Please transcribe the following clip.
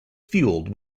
fuelled